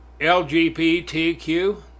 LGBTQ